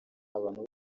abantu